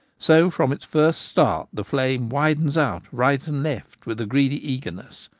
so from its first start the flame widens out right and left with a greedy eagerness,